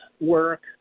work